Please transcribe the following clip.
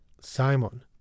Simon